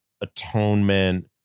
atonement